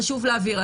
חשוב להבהיר.